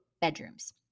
bedrooms